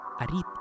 ARIT